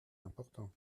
important